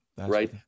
right